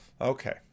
okay